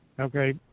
Okay